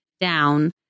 down